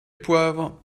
poivre